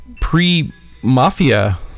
pre-Mafia